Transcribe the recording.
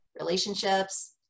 relationships